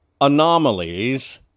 anomalies